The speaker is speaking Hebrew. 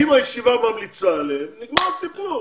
אם הישיבה ממליצה עליהם, נגמר הסיפור.